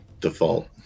default